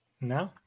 No